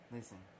Listen